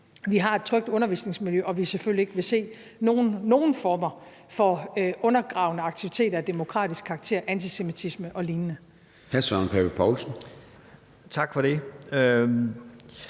vi har et trygt undervisningsmiljø, og at vi selvfølgelig ikke vil se nogen former for undergravende aktiviteter i forhold til demokratiet, antisemitisme og lignende. Kl.